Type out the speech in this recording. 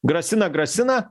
grasina grasina